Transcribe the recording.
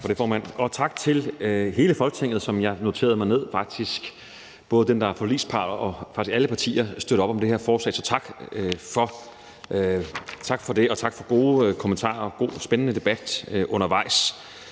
for det, formand, og tak til hele Folketinget, som jeg noterede – det gælder både dem, der er forligsparter, og alle andre partier – støtter op om det her forslag. Så tak for det, og tak for gode kommentarer og en god og spændende debat undervejs.